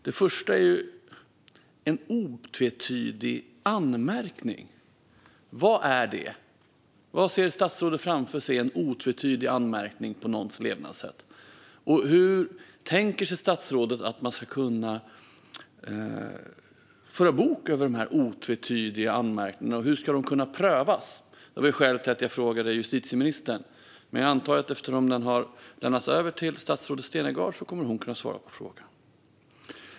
Det första är "en otvetydig anmärkning". Vad är det? Vad ser statsrådet framför sig som en otvetydig anmärkning på någons levnadssätt? Hur tänker sig statsrådet att man ska kunna föra bok över de här otvetydiga anmärkningarna, och hur ska de kunna prövas? Det var skälet till att jag frågade justitieministern, men jag antar att eftersom frågan har lämnats över till statsrådet Malmer Stenergard kommer hon att kunna svara på frågan.